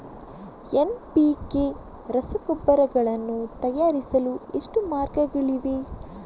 NPK ರಸಗೊಬ್ಬರಗಳನ್ನು ತಯಾರಿಸಲು ಎಷ್ಟು ಮಾರ್ಗಗಳಿವೆ?